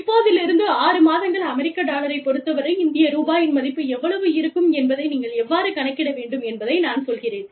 இப்போதிலிருந்து ஆறு மாதங்கள் அமெரிக்க டாலரைப் பொறுத்தவரை இந்திய ரூபாயின் மதிப்பு எவ்வளவு இருக்கும் என்பதை நீங்கள் எவ்வாறு கணக்கிட வேண்டும் என்பதை நான் சொல்கிறேன்